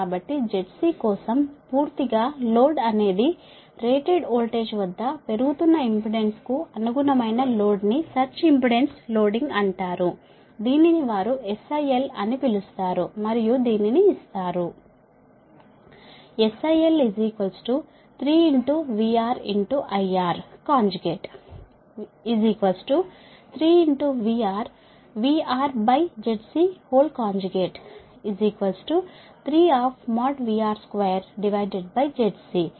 కాబట్టి Zc కోసం పూర్తిగా లోడ్ అనేది రేటెడ్ వోల్టేజ్ వద్ద పెరుగుతున్న ఇంపెడెన్స్కు అనుగుణమైన లోడ్ను సర్జ్ ఇంపెడెన్స్ లోడింగ్ అంటారు దీనిని వారు SIL అని పిలుస్తారు మరియు దీనిని ఇస్తారు SIL 3 VR IR 3 VRVRZC3VR2ZC